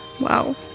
Wow